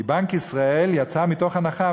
כי בנק ישראל יצא מתוך הנחה,